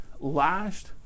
lashed